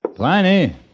Pliny